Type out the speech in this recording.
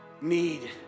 need